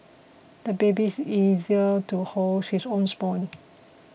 the baby is easier to hold his own spoon